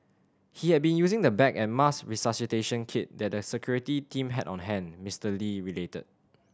he had been using the bag and mask resuscitation kit that the security team had on hand Mister Lee related